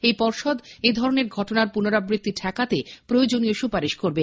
এই পর্ষদ এ ধরনের ঘটনার পূনরাবৃত্তি ঠেকাতে প্রয়োজনীয় সুপারিশ করবে